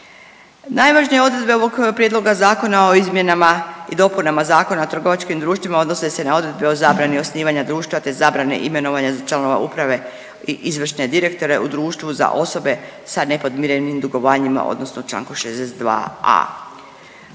Najvažnije odredbe ovog prijedloga zakona o izmjenama i dopunama Zakona o trgovačkim društvima odnose se na odredbe o zabrani osnivanja društva, te zabrane imenovanja za članove uprave i izvršne direktore u društvu za osobe sa nepodmirenim dugovanjima, odnosno članku 62a.